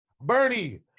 Bernie